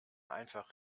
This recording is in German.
einfach